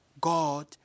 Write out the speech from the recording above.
God